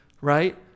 right